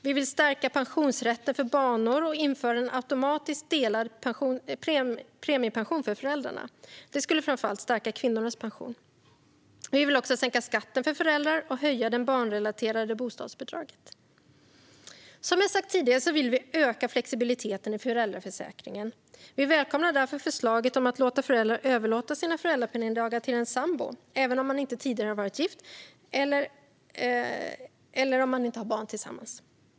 Vi vill stärka pensionsrätten för barnår och införa en automatiskt delad premiepension för föräldrar. Det skulle framför allt stärka kvinnornas pension. Vi vill också sänka skatten för föräldrar och höja det barnrelaterade bostadsbidraget. Som jag har sagt tidigare vill vi öka flexibiliteten i föräldraförsäkringen. Vi välkomnar därför förslaget om att låta föräldrar överlåta sina föräldrapenningdagar till en sambo, även om de inte har varit gifta tidigare eller har barn tillsammans.